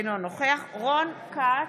אינו נוכח רון כץ,